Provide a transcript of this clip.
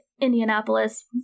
Indianapolis